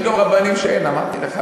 יש גם ערים שאין, אמרתי לך.